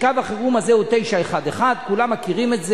קו החירום הזה הוא 911, כולם מכירים את זה.